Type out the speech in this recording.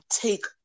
take